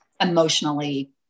emotionally